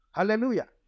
Hallelujah